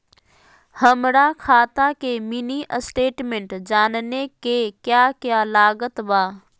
हमरा खाता के मिनी स्टेटमेंट जानने के क्या क्या लागत बा?